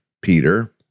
Peter